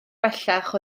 bellach